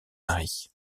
marie